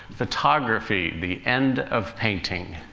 photography the end of painting